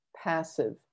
passive